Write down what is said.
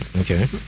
okay